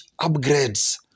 upgrades